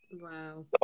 Wow